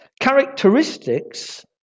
Characteristics